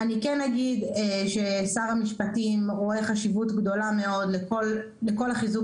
אני כן אגיד ששר המשפטים רואה חשיבות גדולה מאוד בכל החיזוק